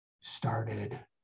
started